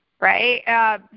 right